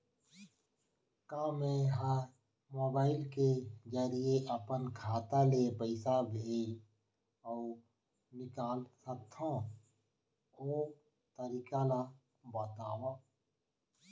का मै ह मोबाइल के जरिए अपन खाता ले पइसा भेज अऊ निकाल सकथों, ओ तरीका ला बतावव?